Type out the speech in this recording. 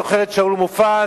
אני זוכר את שאול מופז.